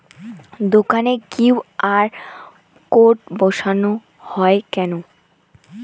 দোকানে QR code বসানো হয় কেন?